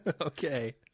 Okay